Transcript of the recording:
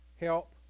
help